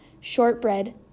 shortbread